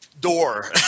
Door